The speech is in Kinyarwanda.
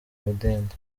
mudende